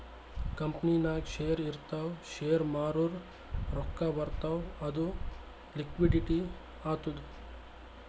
ಕಂಪನಿನಾಗ್ ಶೇರ್ ಇರ್ತಾವ್ ಶೇರ್ ಮಾರೂರ್ ರೊಕ್ಕಾ ಬರ್ತಾವ್ ಅದು ಲಿಕ್ವಿಡಿಟಿ ಆತ್ತುದ್